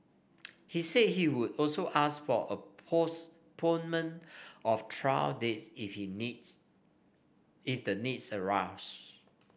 he said he would also ask for a postponement of trial dates if the need if the needs arose